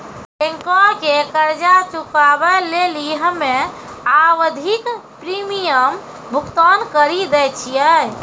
बैंको के कर्जा चुकाबै लेली हम्मे आवधिक प्रीमियम भुगतान करि दै छिये